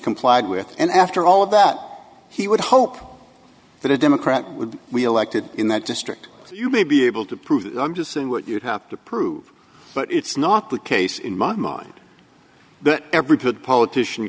complied with and after all of that he would hope that a democrat would we elected in that district you may be able to prove that i'm just saying what you have to prove but it's not the case in my mind that every put politician